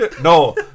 No